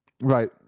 Right